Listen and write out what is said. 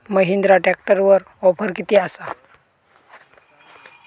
महिंद्रा ट्रॅकटरवर ऑफर किती आसा?